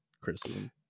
criticism